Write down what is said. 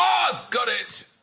i've got it!